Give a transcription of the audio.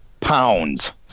pounds